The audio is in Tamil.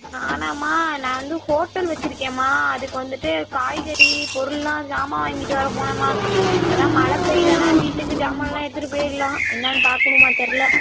நானாம்மா நான் வந்து ஹோட்டல் வச்சிருக்கேன்மா அதுக்கு வந்துட்டு காய்கறி பொருள்லாம் ஜாமான் வாங்கிட்டு வர போனேன்மா அதுதான் மழை பெய்யலைனா வீட்டுக்கு ஜாமான்லாம் எடுத்துட்டு போய்டலாம் என்னனு பார்க்கணும்மா தெரில